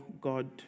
God